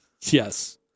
Yes